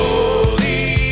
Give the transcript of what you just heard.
Holy